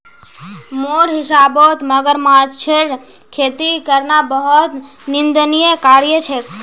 मोर हिसाबौत मगरमच्छेर खेती करना बहुत निंदनीय कार्य छेक